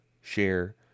share